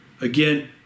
Again